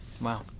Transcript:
wow